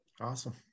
Awesome